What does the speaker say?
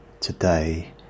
today